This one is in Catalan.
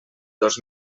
dos